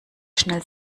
schnell